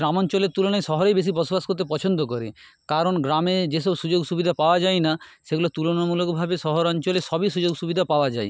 গ্রাম অঞ্চলের তুলনায় শহরেই বেশি বসবাস করতে পছন্দ করে কারণ গ্রামে যে সব সুযোগ সুবিধা পাওয়া যায় না সেগুলো তুলনামূলকভাবে শহরাঞ্চলে সবই সুযোগ সুবিধা পাওয়া যায়